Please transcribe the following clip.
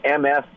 MS